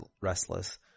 restless